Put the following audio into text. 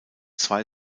zwei